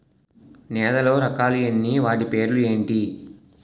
నేలలో రకాలు ఎన్ని వాటి పేర్లు ఏంటి?